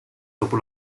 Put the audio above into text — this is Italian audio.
dopo